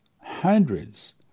hundreds